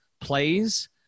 plays